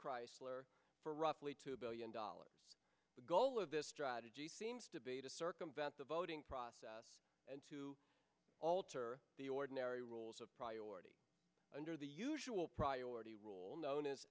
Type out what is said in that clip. chrysler for roughly two billion dollars the goal of this strategy seems to be to circumvent the voting process and to alter the ordinary rules of priority under the usual priority rule known